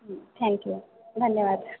हं thank you धन्यवाद